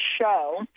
show